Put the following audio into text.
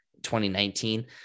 2019